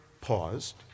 paused